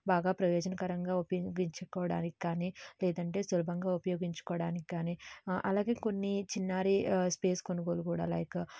బాగా ప్రయోజనకరంగా ఉపయోగించుకోవడానికి కానీ లేదంటే సులభంగా ఉపయోగించుకోవడానికి కానీ అలాగే కొన్ని చిన్నారి స్పేస్ కొనుగోలు కూడా లైక్